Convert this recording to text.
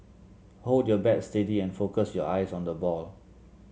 hold your bat steady and focus your eyes on the ball